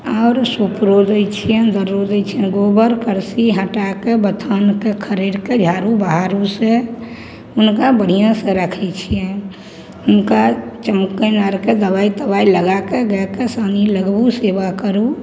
आओर सुपरो दै छिअनि दर्रो दै छिअनि गोबर करसी हटाके बथानके खरड़िके झाड़ू बहारूसे हुनका बढ़िआँसे राखै छिअनि हुनका चमोक्कनि आरके दवाइ तवाइ लगाके गाइके सानी लगबू सेवा करू